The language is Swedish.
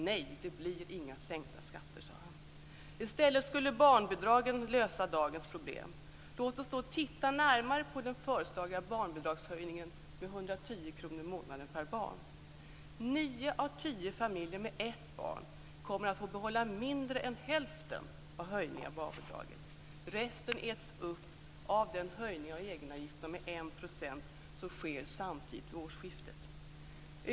"Nej, det blir inga sänkta skatter", sade han. I stället skulle barnbidragen lösa dagens problem. Låt oss då titta närmare på den föreslagna barnbidragshöjningen med 110 kr i månaden per barn. Nio av tio familjer med ett barn kommer att få behålla mindre än hälften av höjningen av barnbidraget. Resten äts upp av den höjning av egenavgifterna med 1 % som sker samtidigt vid årsskiftet.